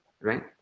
right